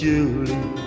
Julie